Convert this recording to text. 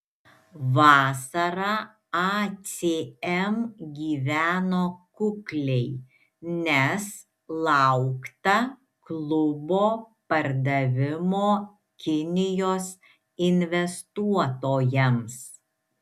vasarą acm gyveno kukliai nes laukta klubo pardavimo kinijos investuotojams